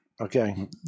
Okay